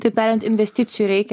taip tariant investicijų reikia